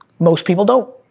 most people don't,